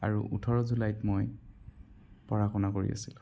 আৰু ওঠৰ জুলাইত মই পঢ়া শুনা কৰি আছিলোঁ